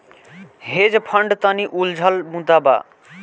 hedge fund तनि उलझल मुद्दा बा